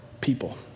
people